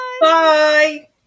bye